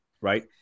right